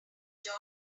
job